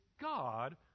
God